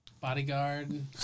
bodyguard